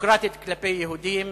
דמוקרטית כלפי יהודים